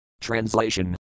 Translation